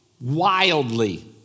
wildly